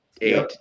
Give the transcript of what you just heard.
eight